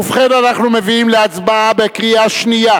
ובכן, אנחנו מביאים להצבעה בקריאה שנייה